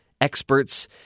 experts